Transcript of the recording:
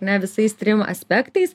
ne visais trim aspektais